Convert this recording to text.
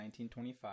1925